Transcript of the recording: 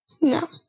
No